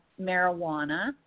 marijuana